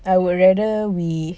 I would rather we